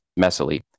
messily